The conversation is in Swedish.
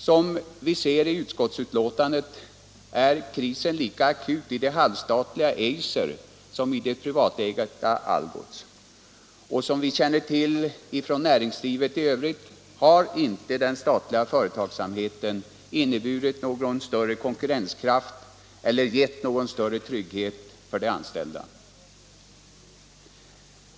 Som vi ser i utskottsbetänkandet är krisen lika akut i det halvstatliga Eiser som i det privatägda Algots, och som vi känner till från näringslivet i övrigt har inte den statliga företagsamheten inneburit någon större konkurrenskraft eller gett någon större trygghet för de anställda.